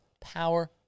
Power